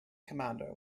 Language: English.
commander